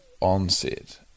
on-set